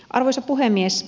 arvoisa puhemies